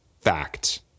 Fact